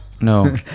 no